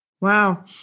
Wow